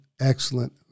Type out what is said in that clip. excellent